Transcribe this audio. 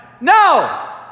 No